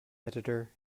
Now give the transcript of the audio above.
editor